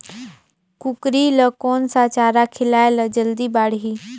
कूकरी ल कोन सा चारा खिलाय ल जल्दी बाड़ही?